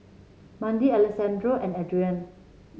Mandi Alessandro and Adrianne